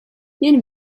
jen